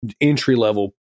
entry-level